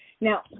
Now